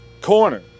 Corner